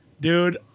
dude